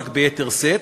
רק ביתר שאת,